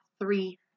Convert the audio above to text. three